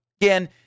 again